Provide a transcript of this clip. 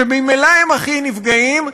שממילא הם הכי נפגעים,